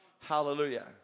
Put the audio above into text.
Hallelujah